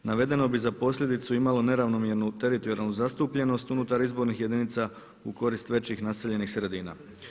Navedeno bi za posljedicu imalo neravnomjernu teritorijalnu zastupljenost unutar izbornih jedinica u korist većih naseljenih sredina.